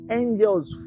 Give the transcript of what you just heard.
angels